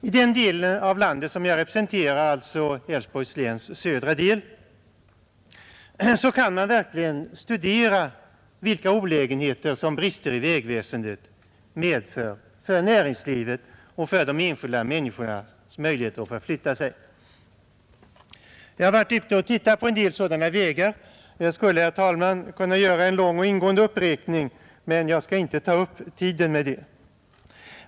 I den del av landet som jag representerar, Älvsborgs läns södra del, kan man verkligen studera vilka olägenheter som brister i vägväsendet medför för näringslivet och för de enskilda människornas möjligheter att förflytta sig. Jag har varit ute och tittat på en del sådana vägar och jag skulle, herr talman, kunna göra en lång och ingående uppräkning, men jag skall inte ta upp tiden med det.